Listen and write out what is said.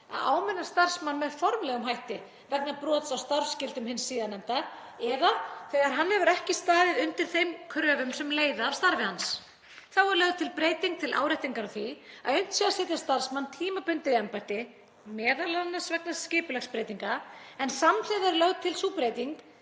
að áminna starfsmann með formlegum hætti vegna brots á starfsskyldum hins síðarnefnda eða þegar hann hefur ekki staðið undir þeim kröfum sem leiða af starfi hans. Þá er lögð til breyting til áréttingar á því að unnt sé að setja starfsmann tímabundið í embætti, m.a. vegna skipulagsbreytinga, en samhliða er lögð til sú breyting